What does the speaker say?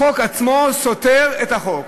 החוק עצמו סותר את החוק.